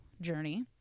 journey